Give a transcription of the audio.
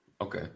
Okay